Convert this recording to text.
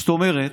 זאת אומרת,